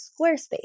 Squarespace